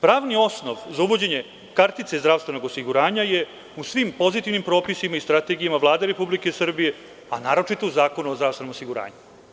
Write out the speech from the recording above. Pravni osnov za uvođenje kartica iz zdravstvenog osiguranja je u svim pozitivnim propisima i strategijama Vlade Republike Srbije, a naročito u Zakonu o zdravstvenom osiguranju.